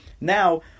now